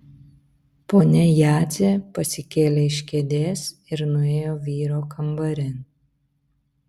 ponia jadzė pasikėlė iš kėdės ir nuėjo vyro kambarin